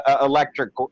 electric